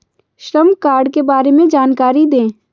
श्रम कार्ड के बारे में जानकारी दें?